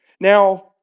Now